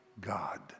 God